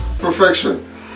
Perfection